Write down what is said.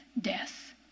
death